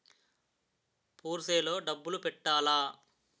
Purse లో డబ్బులు పెట్టలా?